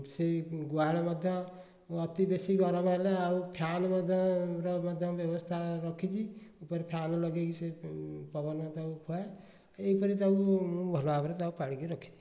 ସେହି ଗୁହାଳ ମଧ୍ୟ ଅତି ବେଶୀ ଗରମ ହେଲେ ଆଉ ଫ୍ୟାନ୍ ମଧ୍ୟ ର ମଧ୍ୟ ବ୍ୟବସ୍ଥା ରଖିଛି ଉପରେ ଫ୍ୟାନ୍ ଲଗାଇକି ସେ ପବନ ତାକୁ ଖୁଆଏ ଏହିପରି ତାକୁ ମୁଁ ଭଲ ଭାବରେ ତାକୁ ପାଳିକି ରଖିଛି